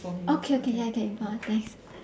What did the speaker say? okay okay ya can thanks